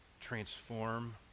transform